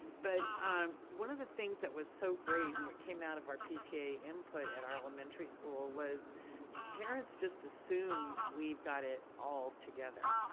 but um one of the things that was so great and what came out of our pta input at our elementary school was parents just assumed we've got it all together.